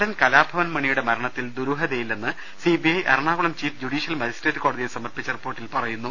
നടൻ കലാഭവൻ മണിയുടെ മരണത്തിൽ ദുരൂഹതയില്ലെന്ന് C B I Ernakulam chief judicial magistrate കോടതിയിൽ സമർപ്പിച്ച റിപ്പോർട്ടിൽ പറയുന്നു